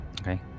Okay